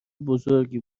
بزرگی